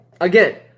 Again